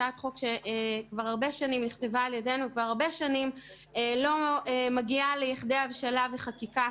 הצעת חוק שנכתבה על ידינו והרבה שנים לא מגיעה לכדי הבשלה וחקיקה,